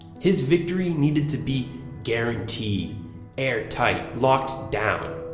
his victory needed to be guaranteed airtight locked-down.